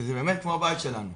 וזה באמת כמו בית שלנו.